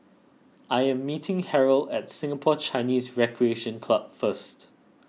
I am meeting Harrold at Singapore Chinese Recreation Club first